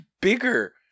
bigger